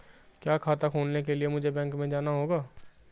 क्या खाता खोलने के लिए मुझे बैंक में जाना होगा?